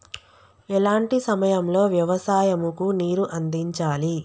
ఎలాంటి సమయం లో వ్యవసాయము కు నీరు అందించాలి?